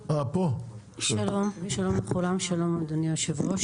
שלום לכולם, שלום לאדוני היושב-ראש.